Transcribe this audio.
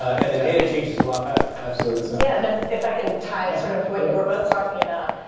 and the data changes a lot faster. absolutely. yeah. and if if i can tie sort of what you were both talking about.